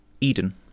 Eden